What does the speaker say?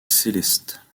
célestes